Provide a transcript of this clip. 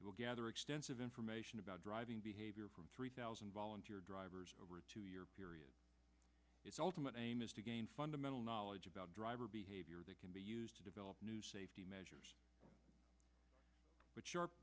will gather extensive information about driving behavior from three thousand volunteer drivers over a two year period it's ultimately a missed again fundamental knowledge about driver behavior that can be used to develop new safety measures but